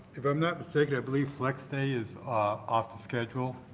if i'm not mistaken, i believe flex day is off the schedule.